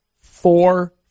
four